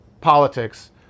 politics